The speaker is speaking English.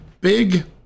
big